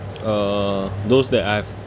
uh those that I've